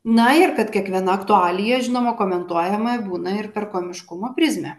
na ir kad kiekviena aktualija žinoma komentuojama būna ir per komiškumo prizmę